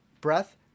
Breath